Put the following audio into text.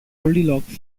goldilocks